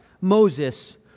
Moses